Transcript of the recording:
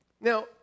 Now